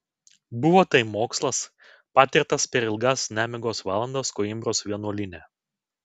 buvo tai mokslas patirtas per ilgas nemigos valandas koimbros vienuolyne